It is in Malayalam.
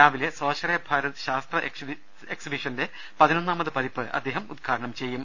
രാവിലെ സ്വാശ്രയ ഭാരത് ശാസ്ത്ര എക്സിബിഷന്റെ പതിനൊന്നാമത് പതിപ്പ് അദ്ദേഹം ഉദ്ഘാടനം ചെയ്യും